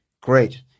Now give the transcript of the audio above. great